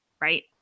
right